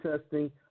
testing